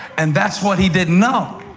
and that's what he didn't know.